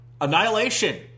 Annihilation